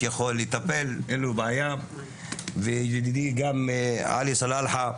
הדרוזית, וידידי עלי סלאלחה,